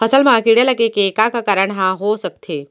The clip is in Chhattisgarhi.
फसल म कीड़ा लगे के का का कारण ह हो सकथे?